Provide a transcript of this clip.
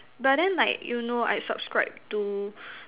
but then like you know I subscribe to